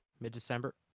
Mid-December